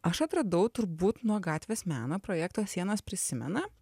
aš atradau turbūt nuo gatvės meno projekto sienos prisimena